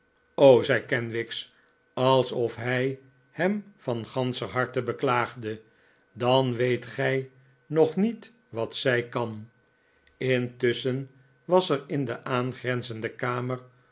zei kenwigs alsof hij hem van ganscher harte beklaagde dan weet gij nog niet wat zij kan intusschen was er in de aangrenzende kamer